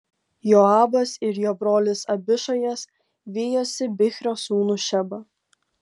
joabas ir jo brolis abišajas vijosi bichrio sūnų šebą